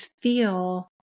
feel